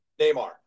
Neymar